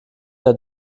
der